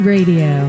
Radio